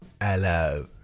hello